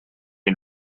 est